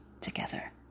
together